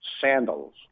sandals